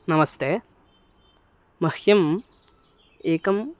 नमस्ते मह्यम् एकम्